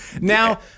Now